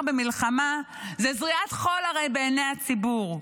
במלחמה זו זריית חול הרי בעיני הציבור,